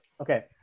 Okay